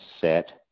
set